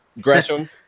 Gresham